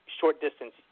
short-distance